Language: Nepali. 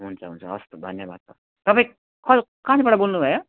हुन्छ हुन्छ हवस् त धन्यवाद तपाईँ कल कहाँबाट बोल्नुभयो